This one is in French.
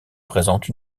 présente